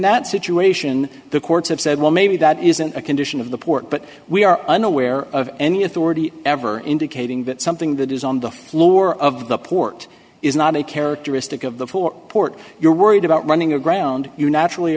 that situation the courts have said well maybe that isn't a condition of the port but we are unaware of any authority ever indicating that something that is on the floor of the port is not a characteristic of the four port you're worried about running aground you naturally